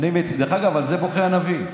דרך אגב, על זה בוכה הנביא.